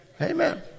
Amen